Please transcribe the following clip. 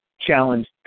challenge